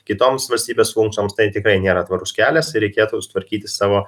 kitoms valstybės funkcijoms tai tikrai nėra tvarus kelias reikėtų sutvarkyti savo